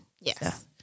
Yes